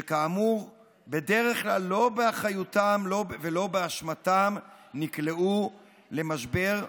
שכאמור בדרך כלל לא באחריותם ולא באשמתם נקלעו למשבר.